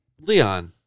Leon